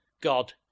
God